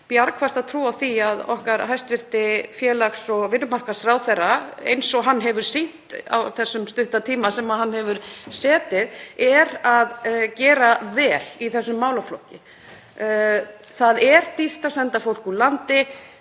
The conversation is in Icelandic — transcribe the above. bjargfasta trú á því að okkar hæstv. félags- og vinnumarkaðsráðherra, eins og hann hefur sýnt á þeim stutta tíma sem hann hefur setið, sé að gera vel í þessum málaflokki. Það er dýrt að senda fólk úr landi.